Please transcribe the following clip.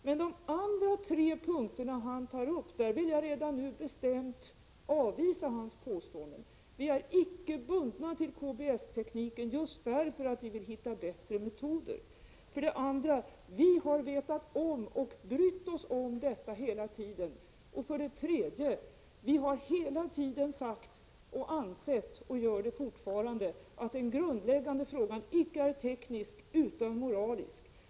Men på de andra tre punkter som Karl Erik Olsson nu tar upp vill jag bestämt avvisa hans påståenden. För det första är vi inte bundna till KBS-tekniken utan vill också försöka hitta bättre metoder. För det andra har vi hela tiden vetat om och brytt oss om den här frågan. För det tredje har vi genomgående sagt och ansett, och det gör vi fortfarande, att den grundläggande frågan icke är teknisk utan moralisk.